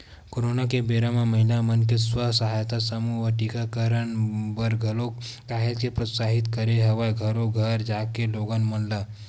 corona के बेरा म महिला मन के स्व सहायता समूह ह टीकाकरन बर घलोक काहेच के प्रोत्साहित करे हवय घरो घर जाके लोगन मन ल